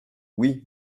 oui